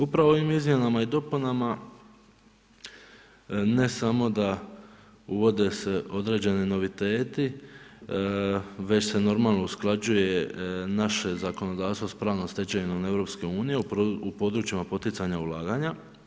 Upravo ovim izmjenama i dopunama ne samo da uvode se određeni noviteti, već se normalno usklađuje naše zakonodavstvo s pravnom stečevinom Europske unije u područjima poticanja ulaganja.